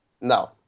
No